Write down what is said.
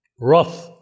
rough